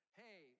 hey